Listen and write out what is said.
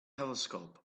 telescope